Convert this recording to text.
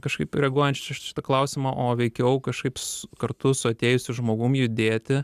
kažkaip reaguojant į šitą klausimą o veikiau kažkoks kartu su atėjusiu žmogum judėti